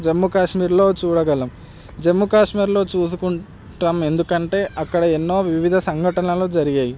జమ్మూ కాశ్మీర్లో చూడగలం జమ్మూ కాశ్మీర్లో చూసుకుంటాం ఎందుకంటే అక్కడ ఎన్నో వివిధ సంఘటనలు జరిగాయి